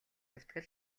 явдаг